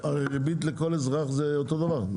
הרי ריבית לכל אזרח זה אותו דבר.